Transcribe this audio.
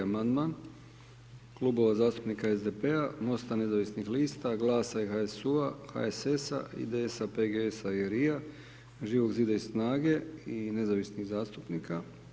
Amandman Klubova zastupnika SDP, MOST-a nezavisnih lista, GLAS-a i HSU-a, HSS-a, IDS-PGS-RI-a, Živog zida i SNAGA-e i nezavisnih zastupnika.